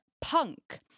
punk